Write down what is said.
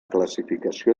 classificació